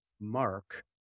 Mark